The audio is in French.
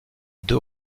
deux